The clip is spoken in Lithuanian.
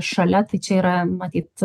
šalia tai čia yra matyt